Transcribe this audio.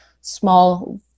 small